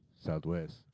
Southwest